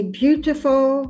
beautiful